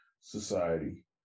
society